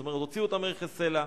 זאת אומרת, הוציאו אותם מרכס סלע,